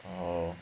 oh